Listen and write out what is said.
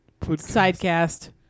Sidecast